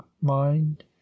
mind